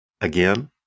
Again